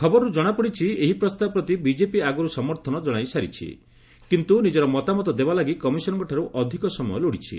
ଖବରରୁ ଜଣାପଡ଼ିଛି ଏହି ପ୍ରସ୍ତାବ ପ୍ରତି ବିକେପି ଆଗର୍ ସମର୍ଥନ କଣାଇସାରିଛି କିନ୍ତ୍ର ନିଜର ମତାମତ ଦେବାଲାଗି କମିଶନ୍ଙ୍କଠାରୁ ଅଧିକ ସମୟ ଲୋଡ଼ିଛି